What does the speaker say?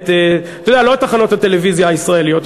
לא את תחנות הטלוויזיה הישראליות,